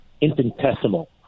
infinitesimal